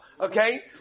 okay